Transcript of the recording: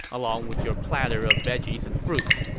along with your platter of veggies and fruits.